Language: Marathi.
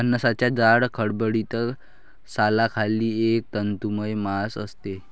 फणसाच्या जाड, खडबडीत सालाखाली एक तंतुमय मांस असते